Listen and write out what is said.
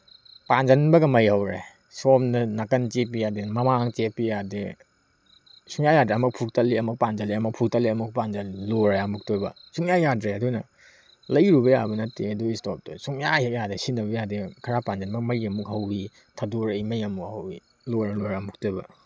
ꯄꯥꯟꯁꯤꯟꯕꯒ ꯃꯩ ꯍꯧꯔꯦ ꯁꯣꯝꯗ ꯅꯥꯀꯟꯗ ꯆꯦꯞꯄꯤ ꯌꯥꯗꯦ ꯃꯃꯥꯡꯗ ꯆꯦꯞꯄꯤ ꯌꯥꯗꯦ ꯁꯨꯡꯌꯥ ꯌꯥꯗ꯭ꯔꯦ ꯑꯃꯨꯛ ꯐꯨꯛꯇꯠꯂꯤ ꯑꯃꯨꯛ ꯄꯥꯟꯁꯤꯜꯂꯤ ꯑꯃꯨꯛ ꯐꯨꯛꯇꯠꯂꯤ ꯑꯃꯨꯛ ꯄꯥꯟꯁꯤꯜꯂꯤ ꯂꯣꯏꯔꯦ ꯑꯃꯨꯛꯇꯣꯏꯕ ꯁꯨꯡꯌꯥ ꯌꯥꯗ꯭ꯔꯦ ꯑꯗꯨꯅ ꯂꯩꯔꯨꯕ ꯌꯥꯕ ꯅꯠꯇꯦ ꯑꯗꯨꯒꯤ ꯏꯁꯇꯣꯞꯇꯣ ꯁꯨꯡꯌꯥ ꯍꯦꯛ ꯌꯥꯗꯦ ꯁꯤꯖꯤꯟꯅꯕ ꯌꯥꯗꯦ ꯈꯔ ꯄꯥꯟꯁꯤꯟꯕꯒ ꯃꯩ ꯑꯃꯨꯛ ꯍꯧꯏ ꯊꯠꯗꯣꯔꯏ ꯃꯩ ꯑꯃꯨꯛ ꯍꯧꯏ ꯂꯣꯏꯔꯦ ꯂꯣꯏꯔꯦ ꯑꯃꯨꯛ ꯇꯣꯏꯕ